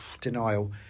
denial